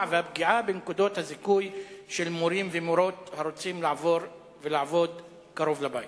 והפגיעה בנקודות הזיכוי של מורים ומורות הרוצים לעבור ולעבוד קרוב לבית.